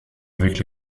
avec